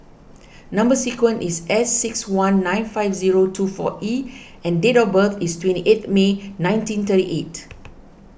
Number Sequence is S six one nine five zero two four E and date of birth is twenty eight May nineteen thirty eight